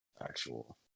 actual